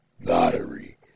lottery